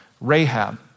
Rahab